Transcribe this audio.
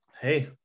hey